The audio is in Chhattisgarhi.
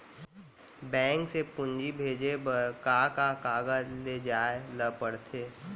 बैंक से पूंजी भेजे बर का का कागज ले जाये ल पड़थे?